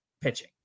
pitching